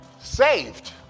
saved